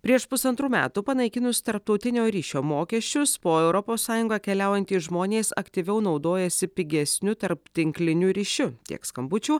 prieš pusantrų metų panaikinus tarptautinio ryšio mokesčius po europos sąjungą keliaujantys žmonės aktyviau naudojasi pigesniu tarptinkliniu ryšiu tiek skambučių